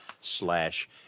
slash